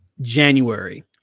January